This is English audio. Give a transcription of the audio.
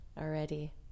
already